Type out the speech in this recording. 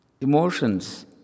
Emotions